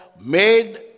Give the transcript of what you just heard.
made